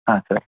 ಹಾಂ ಸರ್